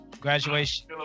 graduation